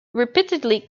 repeatedly